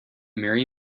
marry